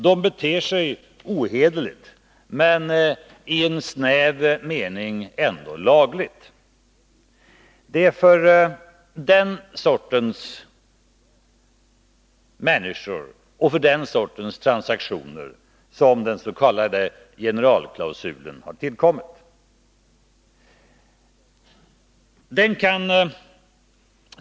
De beter sig ohederligt men i en snäv mening ändå lagligt. Det är för den sortens människor och för den sortens transaktioner som dens.k. generalklausulen har tillkommit.